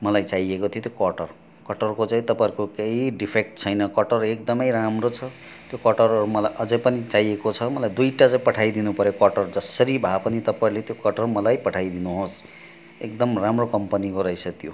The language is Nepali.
मलाई चाहिएको थियो त्यो कटर कटरको चाहिँ तपाईँहरूको केही डिफेक्ट छैन कटर एकदमै राम्रो छ त्यो कटर मलाई अझै पनि चाहिएको छ मलाई दुईवटा चाहिँ पठाइदिनु पर्यो कटर जसरी भए पनि तपाईँले त्यो कटर मलाई पठाई दिनुहोस् एकदम राम्रो कम्पनीको रहेछ त्यो